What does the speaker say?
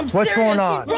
what's going on? yeah